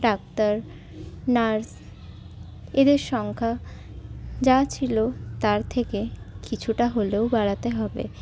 doctor nurse এদের সংখ্যা যা ছিল তার থেকে কিছুটা হলেও বাড়াতে হবে